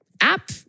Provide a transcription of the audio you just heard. app